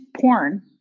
porn